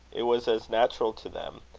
it was as natural to them.